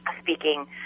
speaking